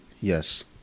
Yes